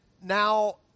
now